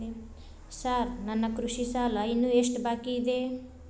Sir ನನ್ನ ಕೃಷಿ ಸಾಲ ಇನ್ನು ಎಷ್ಟು ಬಾಕಿಯಿದೆ?